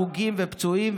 וגובים הרוגים ופצועים.